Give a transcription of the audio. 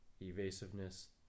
evasiveness